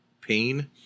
pain